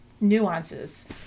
nuances